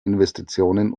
investitionen